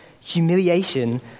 humiliation